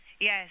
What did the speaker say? Yes